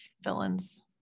villains